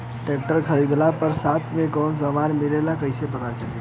Tractor खरीदले पर साथ में का समान मिलेला कईसे पता चली?